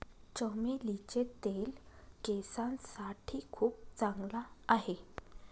चमेलीचे तेल केसांसाठी खूप चांगला आहे